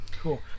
Cool